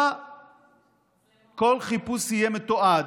4. כל חיפוש יהיה מתועד.